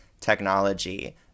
technology